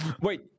Wait